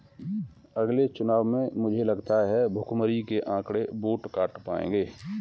अगले चुनाव में मुझे लगता है भुखमरी के आंकड़े वोट काट पाएंगे